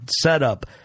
setup